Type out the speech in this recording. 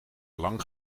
lang